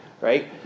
right